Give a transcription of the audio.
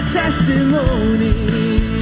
testimony